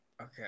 Okay